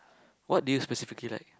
what did you specifically like